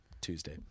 Tuesday